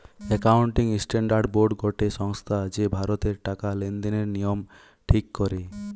accounting standard board গটে সংস্থা যে ভারতের টাকা লেনদেনের নিয়ম ঠিক করে